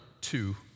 two